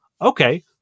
okay